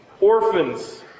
Orphans